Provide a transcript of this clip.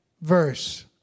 verse